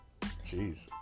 Jeez